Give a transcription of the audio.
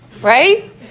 right